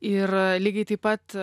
ir lygiai taip pat